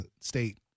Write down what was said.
State